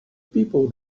people